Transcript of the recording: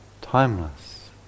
timeless